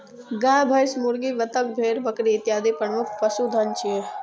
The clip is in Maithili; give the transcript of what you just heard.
गाय, भैंस, मुर्गी, बत्तख, भेड़, बकरी इत्यादि प्रमुख पशुधन छियै